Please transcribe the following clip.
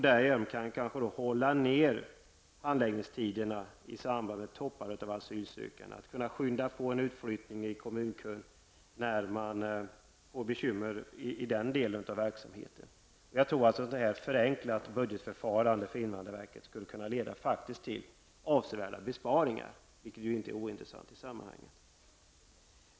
Därigenom kan man kanske hålla ner handläggningstiderna i samband med toppar av asylsökningar och skynda på en utflyttning i kommunkön när det blir bekymmer i den delen av verksamheten. Ett förenklat budgetförfarande för invandrarverket tror jag faktiskt skulle kunna leda till avsevärda besparingar, vilket inte är ointressant i sammanhanget.